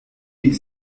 ils